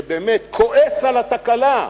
שבאמת כועס על התקלה,